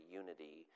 unity